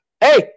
Hey